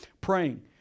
Praying